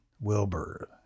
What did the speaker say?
Wilbur